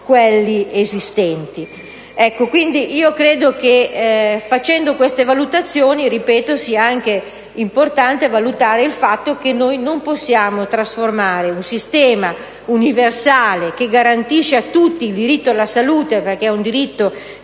quelli esistenti. Quindi con queste valutazioni, credo sia anche importante pensare al fatto che non possiamo trasformare un sistema universale che garantisce a tutti il diritto alla salute, perché è un diritto